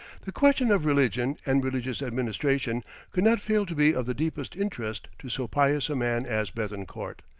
the question of religion, and religious administration could not fail to be of the deepest interest to so pious a man as bethencourt,